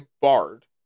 bard